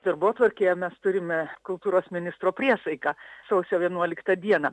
darbotvarkėje mes turime kultūros ministro priesaiką sausio vienuoliktą dieną